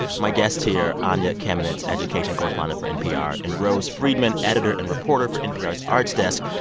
my guests here anya kamenetz, education correspondent for npr, and rose friedman, editor and reporter for npr's arts desk.